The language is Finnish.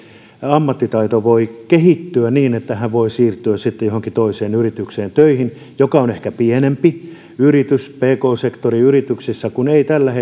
ammattitaito voi kehittyä niin että hän voi sitten siirtyä johonkin toiseen yritykseen töihin joka on ehkä pienempi yritys pk sektoriyrityksissä kun ei tällä